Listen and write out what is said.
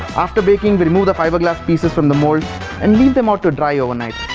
after baking but remove the fiberglass pieces from the mold and leave them out to dry overnight.